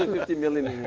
ah fifty million